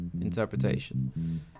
interpretation